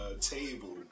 table